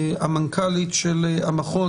המנכ"לית של המכון,